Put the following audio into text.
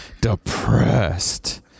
depressed